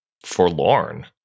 forlorn